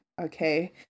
okay